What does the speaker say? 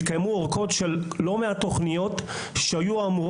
התקיימו אורכות של לא מעט תוכניות שהיה אמור